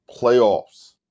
playoffs